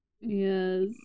Yes